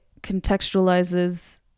contextualizes